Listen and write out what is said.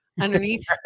Underneath